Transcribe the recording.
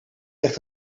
echt